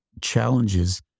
challenges